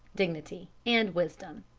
dignity, and wisdom.